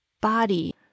body